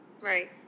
Right